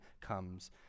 comes